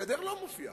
הגדר לא מופיעה.